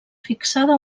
fixada